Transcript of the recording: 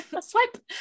swipe